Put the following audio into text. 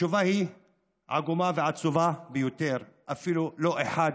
התשובה היא עגומה ועצובה ביותר: אפילו לא אחד.